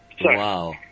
Wow